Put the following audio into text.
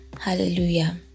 Hallelujah